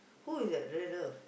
who is that